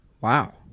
Wow